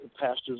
pastors